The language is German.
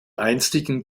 einstigen